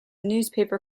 newspaper